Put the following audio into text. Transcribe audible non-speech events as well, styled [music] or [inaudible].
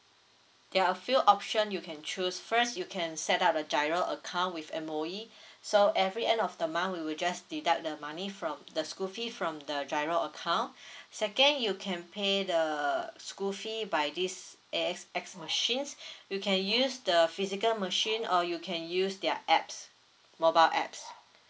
there are a few option you can choose first you can set up a GIRO account with M_O_E [breath] so every end of the month we will just deduct the money from the school fee from the GIRO account [breath] second you can pay the uh school fee by this A_X_S machines [breath] you can use the physical machine or you can use their apps mobile apps